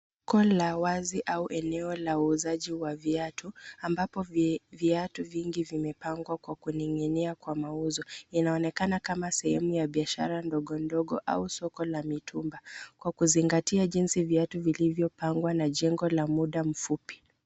Soko la wazi au eneo la uuzaji wa viatu ambapo viatu vingi vimepangwa kwa kulingania kwa mauzo. Inaonekana kama sehemu ya biashara ndogo ndogo au soko la mitumba kwa kuzingatia jinsi viatu vilivyopangwa na jengo la muda mfupi.